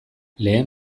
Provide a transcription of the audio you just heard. lehen